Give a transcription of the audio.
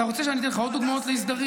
אתה רוצה שאני אתן לך עוד דוגמאות לאי-סדרים?